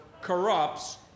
corrupts